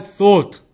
thought